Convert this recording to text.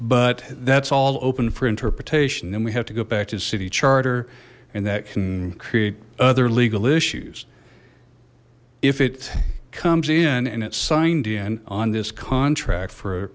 but that's all open for interpretation then we have to go back to the city charter and that can create other legal issues if it comes in and it's signed in on this contract for